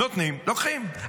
נותנים, לוקחים.